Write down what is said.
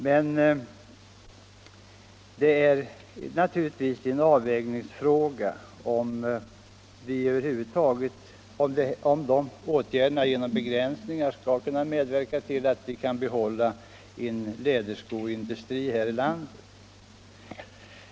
Men det är naturligtvis en avvägningsfråga om sådana importbegränsningar skall kunna medverka till att vi kan behålla en läderskoindustri här i landet.